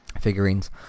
figurines